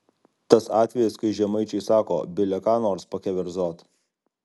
tas atvejis kai žemaičiai sako bile ką nors pakeverzot